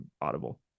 Audible